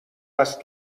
است